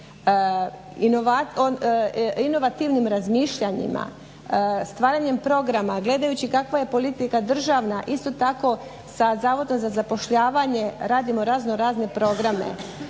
inovativnim razmišljanjima, stvaranjem programa gledajući kakva je politika državna isto tako sa Zavodom za zapošljavanje radimo raznorazne programe.